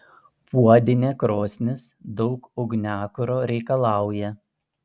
puodinė krosnis daug ugniakuro reikalauja